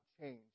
change